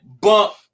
bump